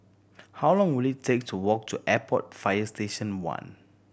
how long will it take to walk to Airport Fire Station One